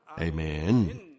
Amen